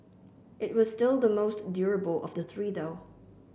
it was still the most durable of the three though